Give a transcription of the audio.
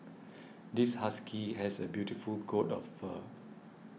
this husky has a beautiful coat of fur